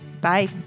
Bye